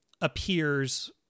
appears